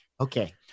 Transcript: Okay